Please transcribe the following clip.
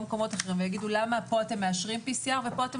יגיעו מקומות אחרים ויגידו למה פה אתם מאשרים PCR ופה אתם